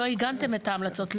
לא עיגנתם את ההמלצות,